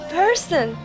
person